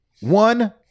One